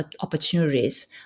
opportunities